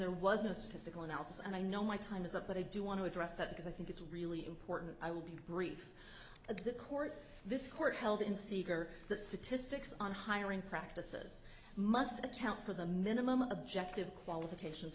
there was a statistical analysis and i know my time is up but i do want to address that because i think it's really important i will be brief at the court this court held in secret or that statistics on hiring practices must account for the minimum objective qualifications